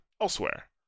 elsewhere